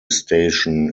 station